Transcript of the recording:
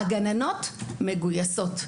הגננות מגויסות.